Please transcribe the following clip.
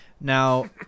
Now